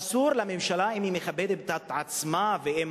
אסור לממשלה, אם היא מכבדת את עצמה ואם